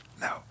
no